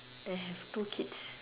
and have two kids